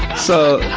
so,